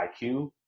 IQ